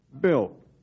Bill